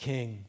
King